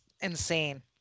insane